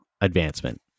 advancement